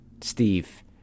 Steve